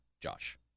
Josh